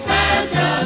Santa